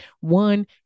one